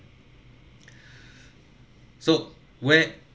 so where